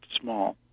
small